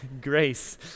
grace